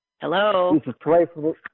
Hello